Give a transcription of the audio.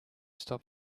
stop